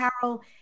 Carol